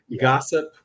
Gossip